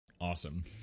Awesome